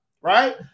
right